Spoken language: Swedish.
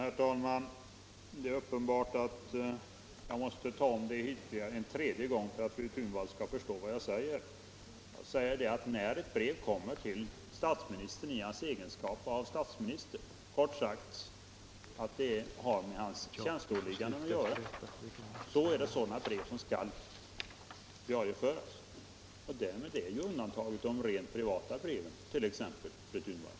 Herr talman! Det är uppenbart att jag måste ta upp det ytterligare en tredje gång för att fru Thunvall skall förstå vad jag menar. När ett brev kommer till statsministern i hans egenskap av statsminister och har med hans tjänsteåligganden att göra, skall det diarieföras. Därmed är ju de rent privata breven undantagna, fru Thunvall.